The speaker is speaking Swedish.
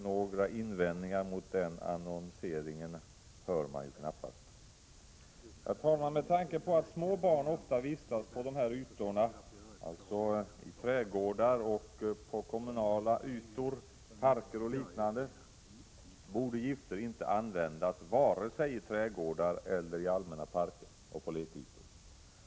Några invändningar mot denna annonsering hör man knappast. Herr talman! Med tanke på att små barn ofta vistas på de här ytorna — i trädgårdar och på kommunala ytor, i parker och liknande — borde gifter inte användas vare sig i trädgårdar eller i allmänna parker och på lekytor.